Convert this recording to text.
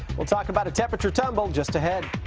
we'll talk about a temperature tumble, just ahead.